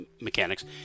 mechanics